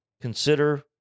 consider